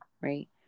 right